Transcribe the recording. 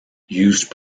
used